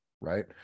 right